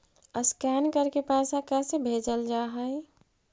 Scan करके पैसा कैसे भेजल जा हइ?